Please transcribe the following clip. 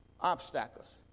obstacles